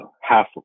half